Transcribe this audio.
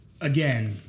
Again